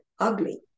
ugly